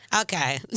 Okay